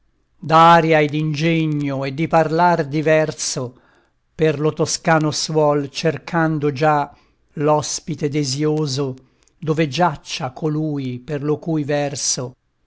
d'aria e d'ingegno e di parlar diverso per lo toscano suol cercando gia l'ospite desioso dove giaccia colui per lo cui verso